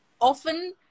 often